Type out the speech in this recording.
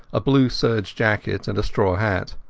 a blue serge jacket, and a straw hat.